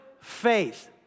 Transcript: faith